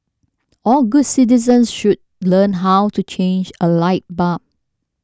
all good citizens should learn how to change a light bulb